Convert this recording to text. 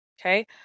okay